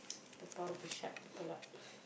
the power to shut people up